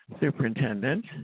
superintendent